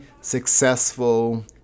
successful